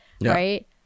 right